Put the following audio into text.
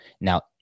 Now